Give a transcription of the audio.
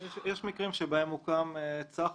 יש מקרים שבהם הוקם צח"מ.